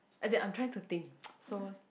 as in I'm trying to think so